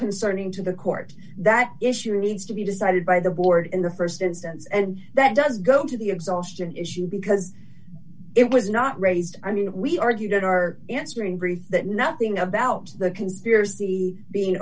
concerning to the court that issue needs to be decided by the board in the st instance and that does go to the exhaustion issue because it was not raised i mean we argued our answering brief that nothing about the conspiracy being